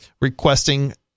requesting